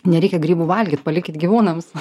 nereikia grybų valgyt palikit gyvūnams